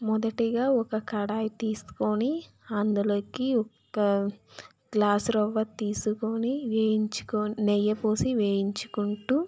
మొదటిగా ఒక కడాయి తీసుకుని అందులోకి ఒక గ్లాస్ రవ్వ తీసుకొని వేయించుకో నెయ్యి పోసి వేయించుకుంటూ